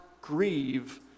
grieve